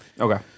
Okay